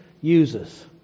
uses